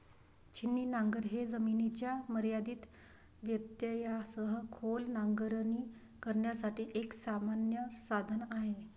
छिन्नी नांगर हे जमिनीच्या मर्यादित व्यत्ययासह खोल नांगरणी करण्यासाठी एक सामान्य साधन आहे